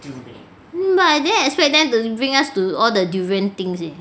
but I didn't expect them to bring us to all the durian things eh